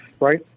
right